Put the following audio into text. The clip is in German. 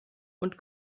und